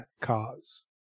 cause